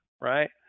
right